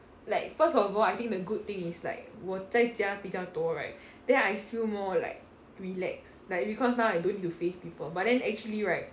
like first of all I think the good thing is like 我在家比较多 right then I feel more like relaxed like because now I don't need to face people but then actually right